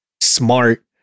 smart